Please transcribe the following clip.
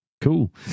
Cool